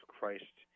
Christ